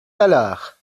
tallard